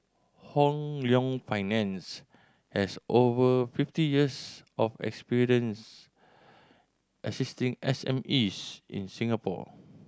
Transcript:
Hong Leong Finance has over fifty years of experience assisting S M Es in Singapore